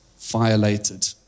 violated